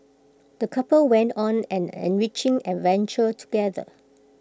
the couple went on an enriching adventure together